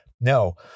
No